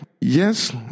Yes